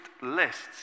lists